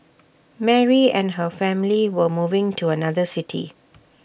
Mary and her family were moving to another city